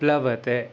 प्लवते